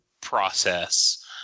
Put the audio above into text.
process